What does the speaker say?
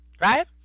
right